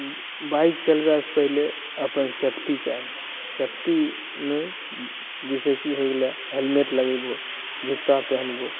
bike चलबए सँ पहिले अपन सेफ्टी चाही सेफ्टीमे जैसे की होइ गेलै हेलमेट लगैबौ जुत्ता पेहनबो